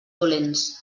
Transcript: dolents